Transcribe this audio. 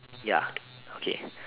ya okay